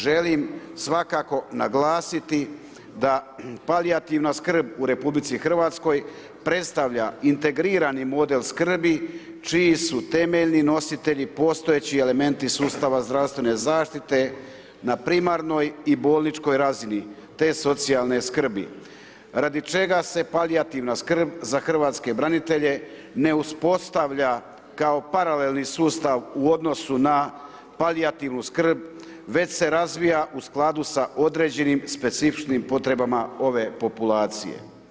Želim svakako naglasiti da palijativna skrb u RH predstavlja integrirani model skrbi čiji su temeljeni nositelji postojeći elementi sustava zdravstvene zaštite na primarnoj i bolničkoj razini te socijalne skrbi radi čega se palijativna skrb za hrvatske branitelje ne uspostavlja kao paralelni sustav u odnosu na palijativnu skrb već se razvija u skladu sa određenim specifičnim potrebama ove populacije.